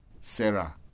Sarah